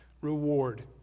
reward